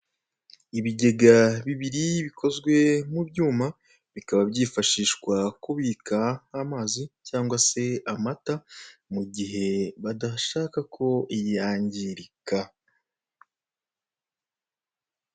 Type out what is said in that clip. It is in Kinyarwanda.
Ibigega bibiri bikozwe mu byuma, bikaba byifashishwa kubika amazi cyangwa se amata mu gihe badashaka ko yangirika.